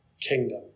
kingdom